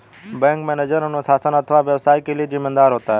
bank manager अनुशासन अथवा व्यवसाय के लिए जिम्मेदार होता है